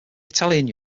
italian